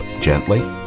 gently